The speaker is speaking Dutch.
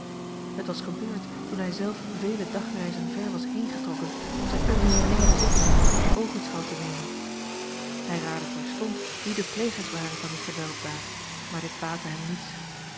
het was gebeurd toen hij zelf vele dagreizen ver was heengetrokken om zijne uitgestrekte bezittingen in oogenschouw te nemen hij raadde terstond wie de plegers waren van die gewelddaad maar dit baatte hem niets